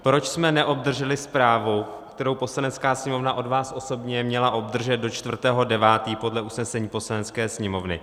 Proč jsme neobdrželi zprávu, kterou Poslanecká sněmovna od vás osobně měla obdržet do 4. 9. podle usnesení Poslanecké sněmovny?